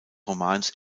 romans